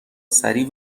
سریع